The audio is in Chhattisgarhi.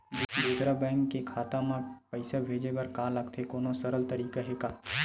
दूसरा बैंक के खाता मा पईसा भेजे बर का लगथे कोनो सरल तरीका हे का?